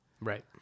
Right